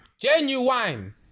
Genuine